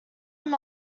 him